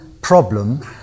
problem